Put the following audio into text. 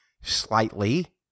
slightly